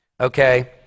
Okay